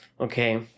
Okay